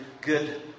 good